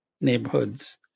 neighborhoods